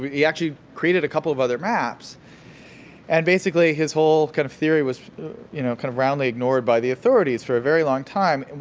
he actually created a couple of other maps and basically, his whole kind of theory was you know kind of roundly ignored by the authorities for a very long time.